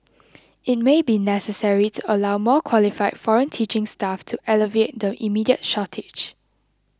it may be necessary to allow more qualified foreign teaching staff to alleviate the immediate shortage